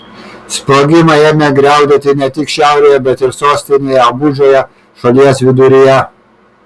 sprogimai ėmė griaudėti ne tik šiaurėje bet ir sostinėje abudžoje šalies viduryje